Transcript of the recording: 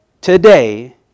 today